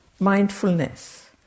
Mindfulness